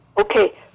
Okay